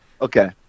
Okay